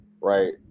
right